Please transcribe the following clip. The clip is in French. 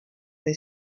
est